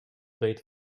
weet